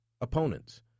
opponents